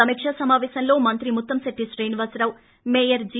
సమీకా సమాపేశంలో మంత్రి ముత్తంశెట్టి శ్రీనివాసరావు మేయర్ జి